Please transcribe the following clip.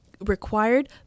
required